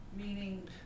meaning